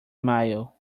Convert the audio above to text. mile